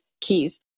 keys